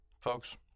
folks